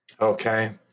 Okay